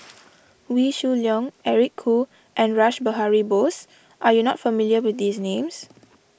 Wee Shoo Leong Eric Khoo and Rash Behari Bose are you not familiar with these names